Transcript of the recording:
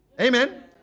Amen